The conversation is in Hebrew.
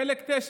חלק 9: